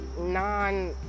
non